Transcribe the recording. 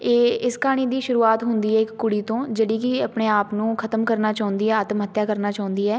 ਇਹ ਇਸ ਕਹਾਣੀ ਦੀ ਸ਼ੁਰੂਆਤ ਹੁੰਦੀ ਹੈ ਇੱਕ ਕੁੜੀ ਤੋਂ ਜਿਹੜੀ ਕਿ ਆਪਣੇ ਆਪ ਨੂੰ ਖ਼ਤਮ ਕਰਨਾ ਚਾਹੁੰਦੀ ਹੈ ਆਤਮ ਹੱਤਿਆ ਕਰਨਾ ਚਾਹੁੰਦੀ ਹੈ